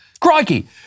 Crikey